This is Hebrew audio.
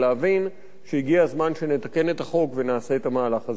ולהבין שהגיע הזמן שנתקן את החוק ונעשה את המהלך הזה.